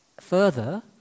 Further